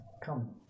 come